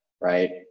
right